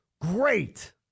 great